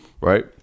Right